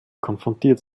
konfrontiert